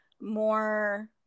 more